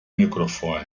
microfone